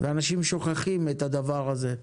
ואנשים שוכחים את הדבר הזה.